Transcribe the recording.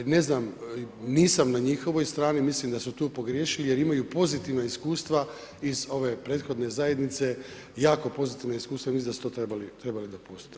Ne znam, nisam na njihovoj strani, mislim da su tu pogriješili jer imaju pozitivna iskustva iz ove prethodne zajednice, jako pozitivna iskustva, mislim da su to trebali dopustit.